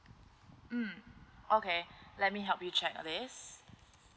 mm okay let me help you check this